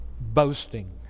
boasting